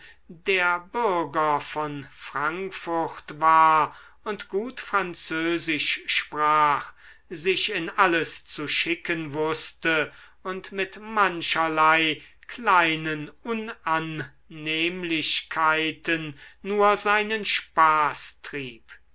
der bürger von frankfurt war und gut französisch sprach sich in alles zu schicken wußte und mit mancherlei kleinen unannehmlichkeiten nur seinen spaß trieb